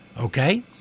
okay